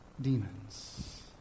demons